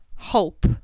hope